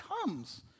comes